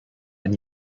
ein